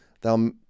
thou